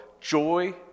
joy